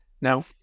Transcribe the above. Now